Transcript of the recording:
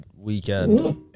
weekend